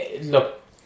Look